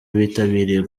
bitabiriye